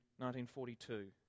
1942